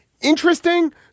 Interesting